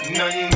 none